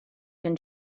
can